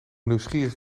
nieuwsgierige